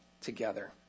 together